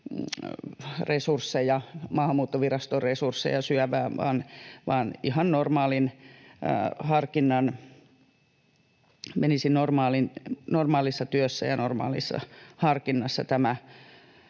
Maahanmuuttoviraston resursseja syövää, vaan tällainen välipiste menisi normaalissa työssä ja normaalissa harkinnassa,